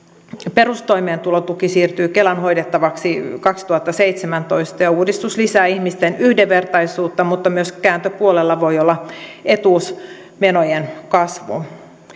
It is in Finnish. perustoimeentulotuki siirtyy kelan hoidettavaksi kaksituhattaseitsemäntoista ja uudistus lisää ihmisten yhdenvertaisuutta mutta kääntöpuolella voi myös olla etuusmenojen kasvu